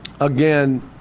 Again